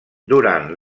durant